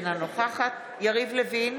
אינה נוכחת יריב לוין,